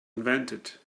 invented